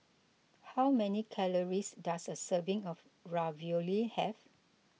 how many calories does a serving of Ravioli have